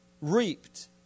reaped